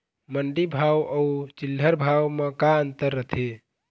मंडी भाव अउ चिल्हर भाव म का अंतर रथे?